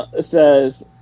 says